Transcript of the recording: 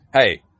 hey